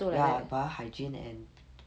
ya but hygiene and